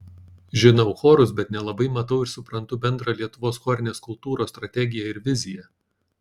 žinau chorus bet nelabai matau ir suprantu bendrą lietuvos chorinės kultūros strategiją ir viziją